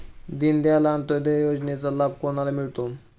दीनदयाल अंत्योदय योजनेचा लाभ कोणाला मिळतो?